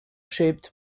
shaped